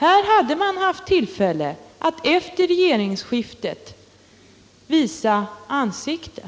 Här hade det funnits tillfälle att efter regeringsskiftet visa ansiktet.